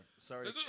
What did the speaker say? Sorry